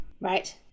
Right